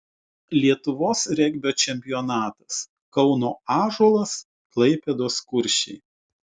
lietuvos regbio čempionatas kauno ąžuolas klaipėdos kuršiai